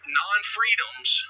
non-freedoms